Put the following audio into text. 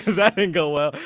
that didn't go well.